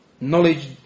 knowledge